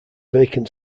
vacant